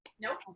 Nope